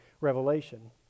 revelation